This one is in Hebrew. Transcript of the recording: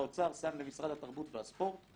שהאוצר שם למשרד התרבות והספורט.